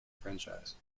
franchise